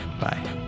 Bye